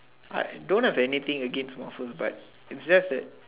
I don't have anything against but except that